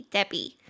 Debbie